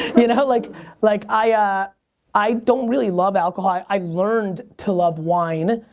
you know like like i ah i don't really love alcohol. i i learned to love wine.